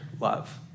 love